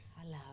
Hello